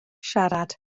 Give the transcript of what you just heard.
siarad